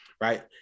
Right